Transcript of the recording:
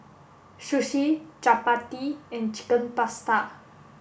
Sushi Chapati and Chicken Pasta